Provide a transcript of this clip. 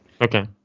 okay